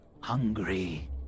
hungry